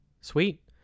sweet